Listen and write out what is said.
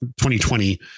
2020